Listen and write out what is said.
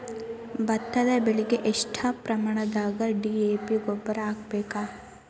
ಭತ್ತದ ಬೆಳಿಗೆ ಎಷ್ಟ ಪ್ರಮಾಣದಾಗ ಡಿ.ಎ.ಪಿ ಗೊಬ್ಬರ ಹಾಕ್ಬೇಕ?